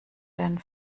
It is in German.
den